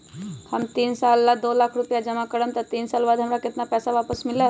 हम तीन साल ला दो लाख रूपैया जमा करम त तीन साल बाद हमरा केतना पैसा वापस मिलत?